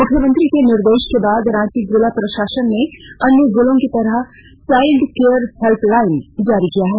मुख्यमंत्री के निर्देश के बाद रांची जिला प्रशासन ने भी अन्य जिलों की तरह चाइल्ड केयर हेल्पलाइन जारी किया है